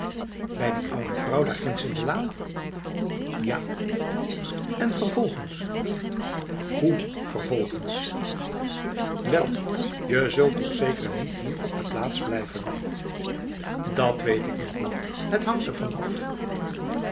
bij die oude vrouw ginds in de laan ja en vervolgens hoe vervolgens wel je zult toch zeker niet hier op de plaats blijven dat weet ik nog niet het hangt ervan af